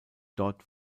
dort